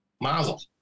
Mazel